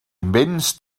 invents